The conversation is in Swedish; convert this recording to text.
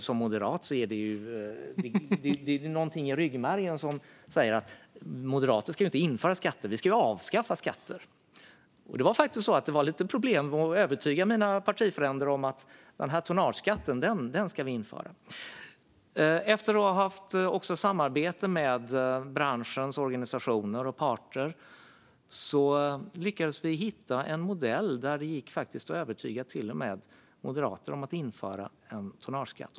Som moderat sitter det i ryggmärgen att vi inte ska införa skatter utan avskaffa dem, och jag hade faktiskt lite problem med att övertyga mina partifränder om att tonnageskatten skulle införas. Efter att ha haft samarbeten med branschens organisationer och parter lyckades vi dock hitta en modell där det faktiskt gick att övertyga till och med Moderaterna om att införa en tonnageskatt.